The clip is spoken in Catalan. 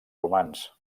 romans